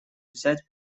взять